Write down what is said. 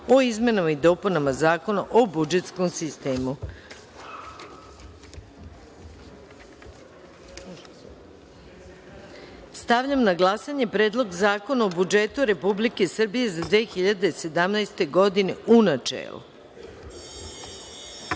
o izmenama i dopunama Zakona o budžetskom sistemu. Stavljam na glasanje Predlog zakona o budžetu Republike Srbije za 2017. godinu, u